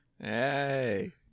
Hey